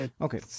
Okay